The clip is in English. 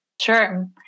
Sure